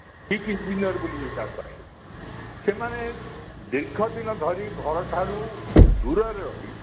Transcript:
cheap engineer ବୋଲି ଯୋଉଟା କହେ ସେମାନେ ଦୀର୍ଘଦିନ ଧରି ଘର ଠାରୁ ଦୂରରେ ରହି